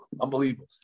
Unbelievable